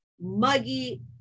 muggy